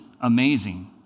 amazing